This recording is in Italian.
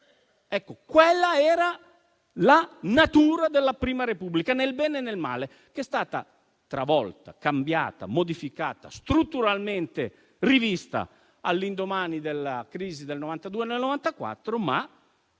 Ecco, quella era la natura della Prima Repubblica, nel bene e nel male, che è stata travolta, cambiata, modificata e strutturalmente rivista all'indomani della crisi del 1992-1994, ma